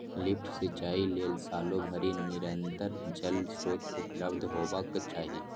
lift सिंचाइ लेल सालो भरि निरंतर जल स्रोत उपलब्ध हेबाक चाही